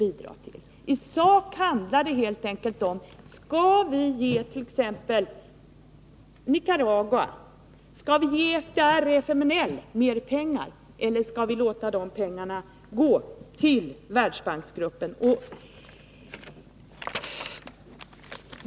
I sak är frågan: Skall vi ge t.ex. Nicaragua eller FDR/RFMNL mer pengar eller skall vi låta de pengarna gå till Världsbanksgruppen?